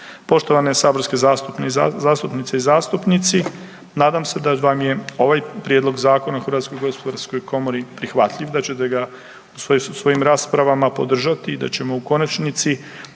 Poštovane saborske zastupnice i zastupnici, nadam se da vam je ovaj Prijedlog zakona o HGK-u prihvatljiv i da ćete ga u svojim raspravama podržati i da ćemo u konačnici